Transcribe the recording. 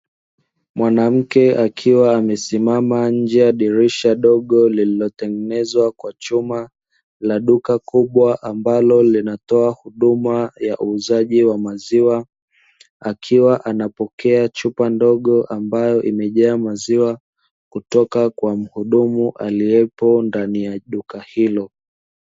Mwanamke akiwa amesimama nje ya dirisha dogo lililotengenezwa kwa chuma la duka kubwa, ambalo linatoa huduma ya uuzaji wa maziwa, akiwa anapokea chupa ndogo ambayo imejaa maziwa kutoka kwa mhudumu aliyepo ndani ya duka hilo.